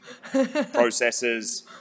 processes